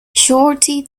shorty